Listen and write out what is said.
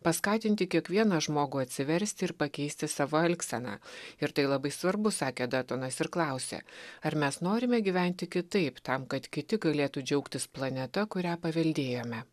paskatinti kiekvieną žmogų atsiversti ir pakeisti savo elgseną ir tai labai svarbu sakė detonas ir klausia ar mes norime gyventi kitaip tam kad kiti galėtų džiaugtis planeta kurią paveldėjome